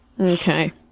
Okay